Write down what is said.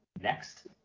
next